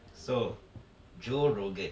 so joe rogan